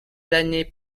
années